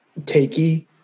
takey